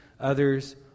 others